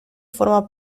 forma